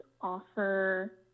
offer